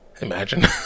imagine